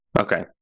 Okay